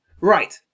right